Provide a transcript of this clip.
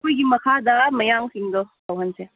ꯑꯩꯈꯣꯏꯒꯤ ꯃꯈꯥꯗ ꯃꯌꯥꯡꯁꯤꯡꯗꯣ ꯇꯧꯍꯟꯁꯦ